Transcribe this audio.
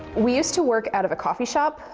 we used to work out of a coffee shop,